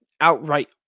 outright